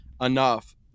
enough